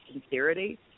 sincerity